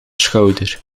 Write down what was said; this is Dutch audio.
schouder